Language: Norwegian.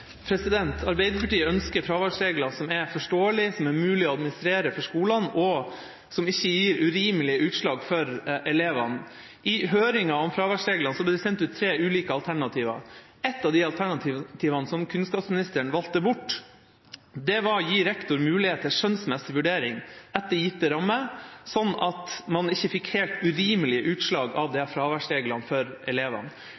som er mulige å administrere for skolene, og som ikke gir urimelige utslag for elevene. I høringa om fraværsreglene ble det sendt ut tre ulike alternativer. Ett av alternativene som kunnskapsministeren valgte bort, var å gi rektor mulighet til skjønnsmessig vurdering etter gitte rammer, sånn at man ikke fikk helt urimelige utslag av